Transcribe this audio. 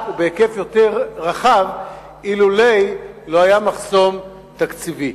ובהיקף הרבה יותר רחב אילולא היה מחסום תקציבי.